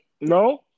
No